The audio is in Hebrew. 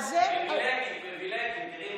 פריבילגים, פריבילגים.